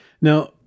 Now